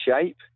shape